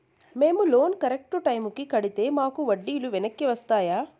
మేము loan correct టైముకి కట్టితే మాకు వడ్డీ లు వెనక్కి వస్తాయా?